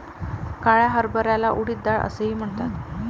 काळ्या हरभऱ्याला उडीद डाळ असेही म्हणतात